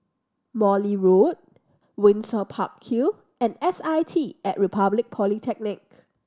Morley Road Windsor Park Hill and S I T At Republic Polytechnic